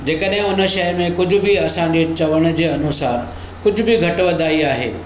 जे कॾहिं हुन शइ में कुझु बि असांजे चवण जे अनूसारु कुझु बि घटि वधाई आहे